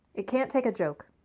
it can't take a joke,